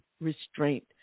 restraint